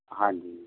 ਹਾਂਜੀ